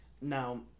Now